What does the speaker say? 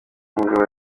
mugabo